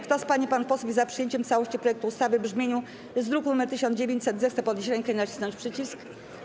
Kto z pań i panów posłów jest za przyjęciem w całości projektu ustawy w brzmieniu z druku nr 1900, zechce podnieść rękę i nacisnąć przycisk.